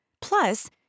Plus